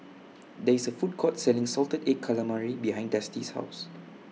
There IS A Food Court Selling Salted Egg Calamari behind Dusty's House